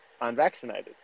unvaccinated